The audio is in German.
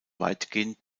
weitgehend